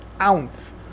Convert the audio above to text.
ounce